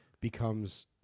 becomes